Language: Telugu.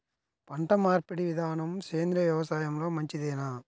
పంటమార్పిడి విధానము సేంద్రియ వ్యవసాయంలో మంచిదేనా?